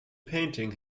painting